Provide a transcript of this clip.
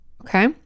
Okay